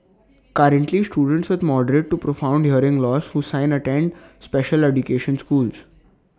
currently students with moderate to profound hearing loss who sign attend special education schools